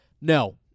No